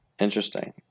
Interesting